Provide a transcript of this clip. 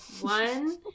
One